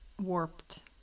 warped